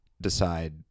decide